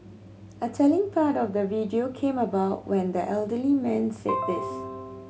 a telling part of the video came about when the elderly man said this